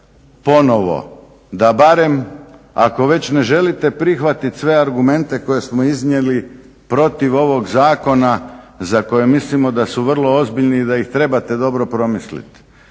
ponovo da barem ako već ne želite prihvatit sve argumente koje smo iznijeli protiv ovog zakona za koje mislimo da su vrlo ozbiljni i da ih trebate dobro promisliti,